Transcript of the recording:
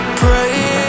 pray